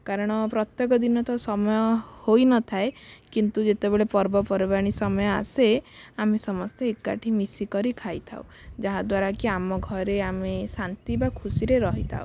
କାରଣ ପ୍ରତ୍ୟେକ ଦିନ ତ ସମୟ ହୋଇନଥାଏ କିନ୍ତୁ ଯେତେବେଳେ ପର୍ବପର୍ବାଣି ସମୟ ଆସେ ଆମେ ସମସ୍ତେ ଏକାଠି ମିଶି କରି ଖାଇଥାଉ ଯାହାଦ୍ଵାରା କି ଆମ ଘରେ ଆମେ ଶାନ୍ତି ବା ଖୁସିରେ ରହିଥାଉ